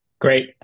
Great